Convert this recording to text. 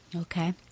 Okay